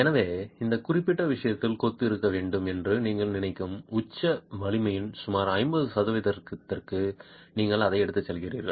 எனவே இந்த குறிப்பிட்ட விஷயத்தில் கொத்து இருக்க வேண்டும் என்று நீங்கள் நினைக்கும் உச்ச வலிமையின் சுமார் 50 சதவீதத்திற்கு நீங்கள் அதை எடுத்துக்கொள்கிறீர்கள்